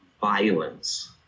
violence